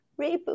Reboot